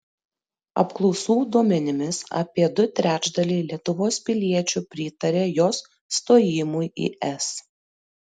apklausų duomenimis apie du trečdaliai lietuvos piliečių pritaria jos stojimui į es